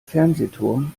fernsehturm